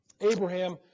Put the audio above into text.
Abraham